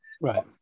Right